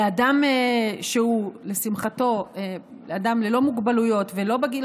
לאדם שהוא לשמחתו ללא מוגבלויות ולא בגיל